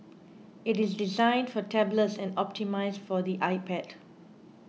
it is designed for tablets and optimised for the iPad